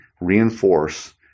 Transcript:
reinforce